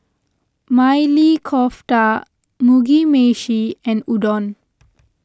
Maili Kofta Mugi Meshi and Udon